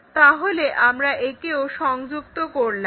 তাহলে আমরা একেও সংযুক্ত করলাম